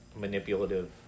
manipulative